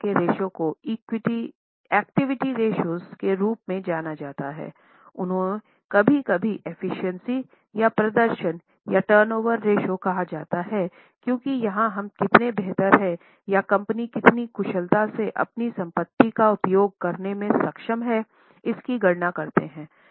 ratio को activity ratio या प्रदर्शन या टर्नओवर रेश्यो कहा जाता है क्योंकि यहाँ हम कितना बेहतर है या कंपनी कितनी कुशलता से अपनी संपत्ति का उपयोग करने में सक्षम हैइसकी गणना करते हैं